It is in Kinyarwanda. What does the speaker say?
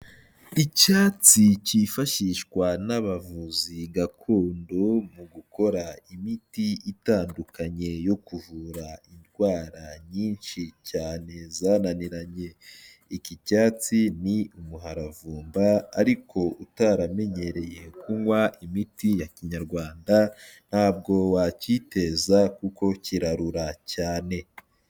Icyatsi cyifashishwa n'abavuzi gakondo mu gukora imiti itandukanye yo kuvura indwara nyinshi cyane zananiranye. Iki cyatsi ni umuharavumba ariko utaramenyereye kunywa imiti ya kinyarwanda ntabwo wakiteza kuko kirarura cyane.